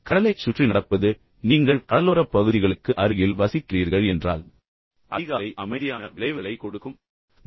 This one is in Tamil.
எனவே கடலைச் சுற்றி நடப்பது எடுத்துக்காட்டாக நீங்கள் கடலோரப் பகுதிகளுக்கு அருகில் வசிக்கிறீர்கள் என்றால் அதிகாலை என்பது உங்களுக்கு நிறைய அமைதியான விளைவுகளை கொடுக்க முடியும்